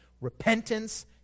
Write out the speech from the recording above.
Repentance